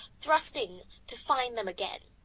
trusting to find them again,